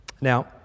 Now